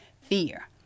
fear